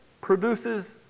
produces